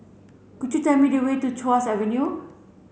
could you tell me the way to Tuas Avenue